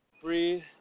Breathe